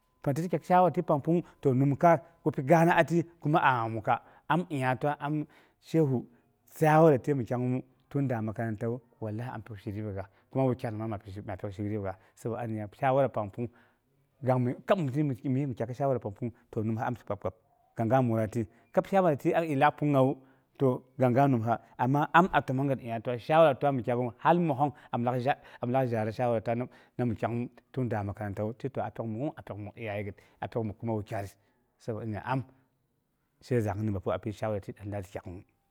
Pang tik pang pung to nikai gi pigaana ati kuma aa mukga, am inya ti am shehu shawarti mi kyang'umu tin da makarantawu, wallahi am pyok shi riba, kuma wukyai nangngas ma pyok shi ribagas, sabo am nya shawara, pang pung dami kab, mɨnu min dakga shawa pang pung nim mi amsi kpab kpab kanga muryung ati, kab shawara gu tin a min lagak pungnungngawu kang ga nimsa, ama am a təmongngət shawara gwa mi tak'u har messong am lak zha an lak zhall mi shawara ti nim tunda apyok muk'umu, apyok muk wukyaiyət apyok iyayegət apyou muk wukyait nya am sai zaaa'ung ni bapyi.